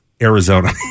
Arizona